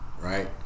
right